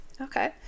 Okay